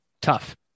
Tough